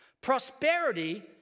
Prosperity